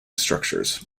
structures